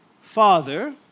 Father